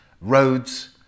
roads